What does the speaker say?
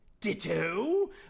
Ditto